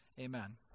Amen